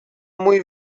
muy